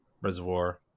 reservoir